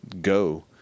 Go